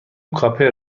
کاپر